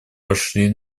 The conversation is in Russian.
пошли